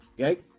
Okay